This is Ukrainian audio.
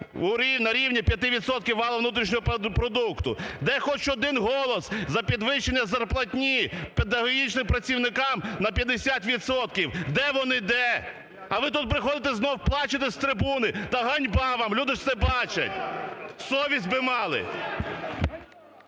валового внутрішнього продукту? Де хоч один голос за підвищення зарплатні педагогічним працівникам на 50 відсотків? Де вони? Де? А ви тут виходите знову плачете з трибуни та ганьба вам! Люди ж все бачать, совість би мали.